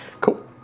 Cool